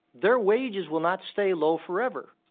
their wages will not stay low forever.